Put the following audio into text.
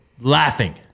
laughing